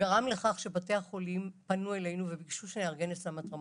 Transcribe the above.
גרם לכך שבתי החולים פנו אלינו וביקשו שנארגן אצלם התרמות.